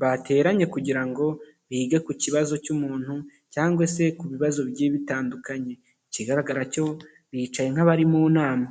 bateranye kugira ngo bige ku kibazo cy'umuntu cyangwa se ku bibazo bigiye bitandukanye, ikigaragara cyo bicaye nk'abari mu nama.